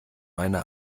eine